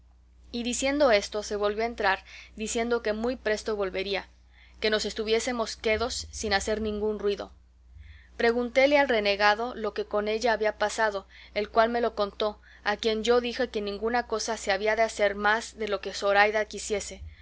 y diciendo esto se volvió a entrar diciendo que muy presto volvería que nos estuviésemos quedos sin hacer ningún ruido preguntéle al renegado lo que con ella había pasado el cual me lo contó a quien yo dije que en ninguna cosa se había de hacer más de lo que zoraida quisiese